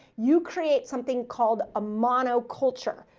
you create something called a monoculture,